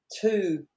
two